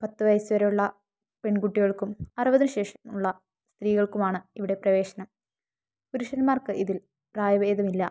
പത്തു വയസ്സ് വരെയുള്ള പെണ്കുട്ടികള്ക്കും ആറുപത് ശേഷമുള്ള സ്ത്രീകള്ക്കുമാണ് ഇവിടെ പ്രവേശനം പുരുഷന്മാര്ക്കിതില് പ്രായഭേദമില്ല